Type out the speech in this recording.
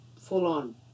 full-on